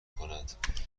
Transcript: کند